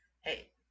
hey